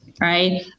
right